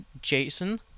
Jason